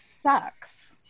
sucks